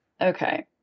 Okay